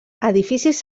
edificis